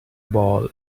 ball